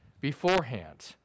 beforehand